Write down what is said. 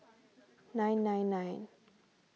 nine nine nine